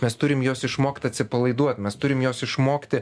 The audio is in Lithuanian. mes turim juos išmokt atsipalaiduot mes turim juos išmokti